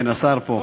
כן, השר פה,